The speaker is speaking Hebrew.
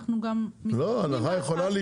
אנחנו גם מסתכנים ב --- על הצרכנים.